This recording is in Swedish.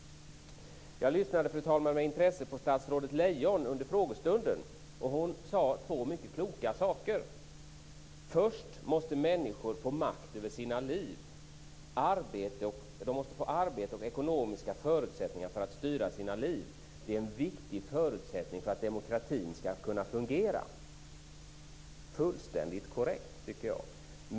Jag lyssnade, fru talman, med intresse på statsrådet Lejon under frågestunden. Hon sade två mycket kloka saker. Först måste människor få makt över sina liv. De måste få arbete och ekonomiska förutsättningar för att styra sina liv. Det är en viktig förutsättning för att demokratin ska kunna fungera. Det är fullständigt korrekt, tycker jag.